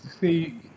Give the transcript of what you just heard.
see